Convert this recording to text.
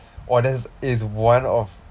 !wah! that's it's one of